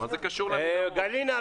אברהם גלינה,